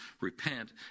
repent